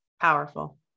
powerful